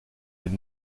elle